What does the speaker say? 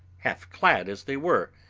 half clad as they were,